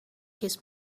his